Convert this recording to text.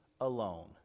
alone